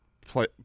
play